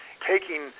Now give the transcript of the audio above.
taking